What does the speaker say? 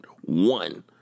One